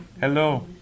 Hello